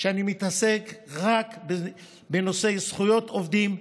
שאני מתעסק רק בנושאי זכויות עובדים,